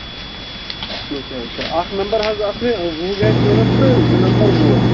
اچھا اچھا اکھ نمبر حظ ٲسۍ مےٚ وُہ گاڑِ ضوٚرَتھ تہٕ زٕ نمبر وُہ